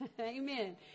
Amen